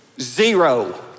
zero